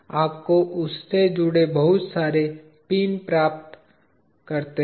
आपको उससे जुड़े बहुत सारे पिन प्राप्त करते है